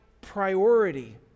priority